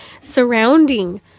surrounding